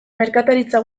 merkataritza